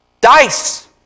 Dice